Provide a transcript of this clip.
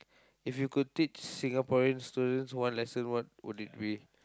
if you could teach Singaporeans students one lesson what would it be